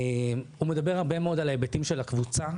הוא מדבר הרבה מאוד על ההיבטים של הקבוצה.